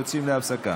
יוצאים להפסקה.